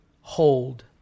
hold